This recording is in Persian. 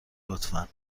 لطفا